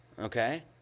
Okay